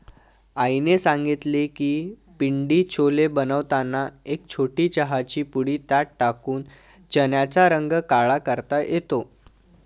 आईने सांगितले की पिंडी छोले बनवताना एक छोटी चहाची पुडी त्यात टाकून चण्याचा रंग काळा करता येतो